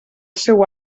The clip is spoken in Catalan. seu